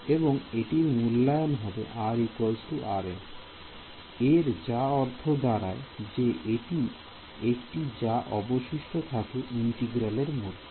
এবং এটির মূল্যায়ন হবে r এর যা অর্থ দাঁড়ায় যে এটি একটি যা অবশিষ্ট থাকে ইন্টিগ্রাল এরমধ্যে